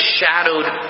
shadowed